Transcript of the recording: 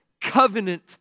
covenant